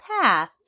path